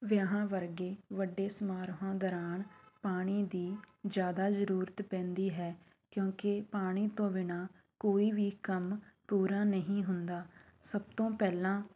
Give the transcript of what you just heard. ਵਿਆਹਾਂ ਵਰਗੇ ਵੱਡੇ ਸਮਾਰੋਹਾਂ ਦੌਰਾਨ ਪਾਣੀ ਦੀ ਜ਼ਿਆਦਾ ਜ਼ਰੂਰਤ ਪੈਂਦੀ ਹੈ ਕਿਉਂਕਿ ਪਾਣੀ ਤੋਂ ਬਿਨਾਂ ਕੋਈ ਵੀ ਕੰਮ ਪੂਰਾ ਨਹੀਂ ਹੁੰਦਾ ਸਭ ਤੋਂ ਪਹਿਲਾਂ